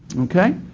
okay?